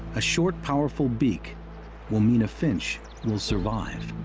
a short, powerful beak will mean a finch will survive.